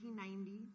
1990